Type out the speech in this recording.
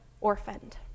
orphaned